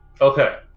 Okay